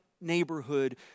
neighborhood